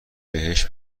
بهش